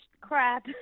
crap